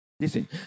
listen